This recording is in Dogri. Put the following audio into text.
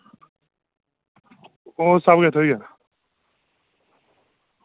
ओह् सबकिश थ्होई जाना